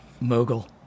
mogul